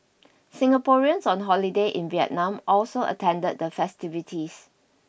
Singaporeans on holiday in Vietnam also attended the festivities